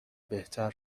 بهتر